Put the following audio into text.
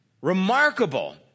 remarkable